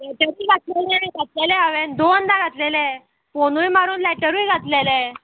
लेटरूय घातलेलें आनी घातलेलें हांवेंन दोनदां घातलेलें फोनूय मारून लॅटरूय घातलेलें